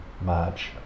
march